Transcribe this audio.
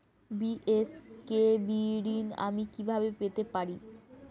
BSKB ঋণ আমি কিভাবে পেতে পারি?